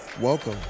Welcome